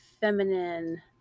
feminine